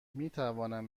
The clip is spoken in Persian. میتوانم